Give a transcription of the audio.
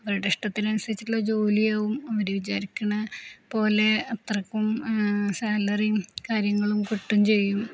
അവരുടെ ഇഷ്ടത്തിനനുസരിച്ചുള്ള ജോലിയാവും അവര് വിചാരിക്കുന്നതു പോലെ അത്രയ്ക്കും സാലറിയും കാര്യങ്ങളും കിട്ടുകയും ചെയ്യും